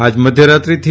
આજ મધ્ય રાત્રિથી